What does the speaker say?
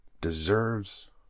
deserves